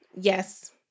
Yes